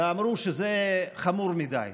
אמרו שזה חמור מדי.